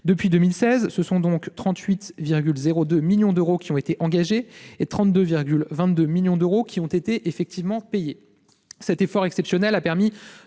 Depuis 2016, ce sont ainsi 38,02 millions d'euros qui ont été engagés, et 32,22 millions d'euros effectivement payés. Cet effort exceptionnel a permis